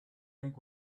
think